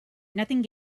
nothing